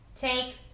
Take